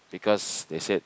because they said